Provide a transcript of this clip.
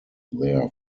their